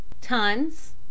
tons